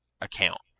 account